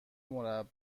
مربع